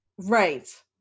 right